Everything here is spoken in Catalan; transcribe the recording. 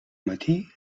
matí